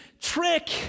trick